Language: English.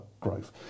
growth